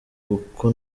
kuko